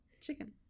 Chicken